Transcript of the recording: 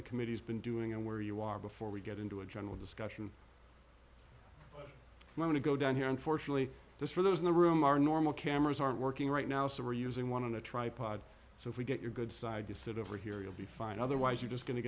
the committee's been doing and where you are before we get into a general discussion i want to go down here unfortunately this for those in the room our normal cameras aren't working right now so we're using one of the tripod so if we get your good side to sit over here you'll be fine otherwise you're just going to